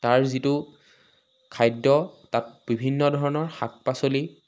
তাৰ যিটো খাদ্য তাত বিভিন্ন ধৰণৰ শাক পাচলি